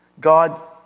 God